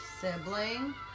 sibling